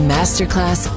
Masterclass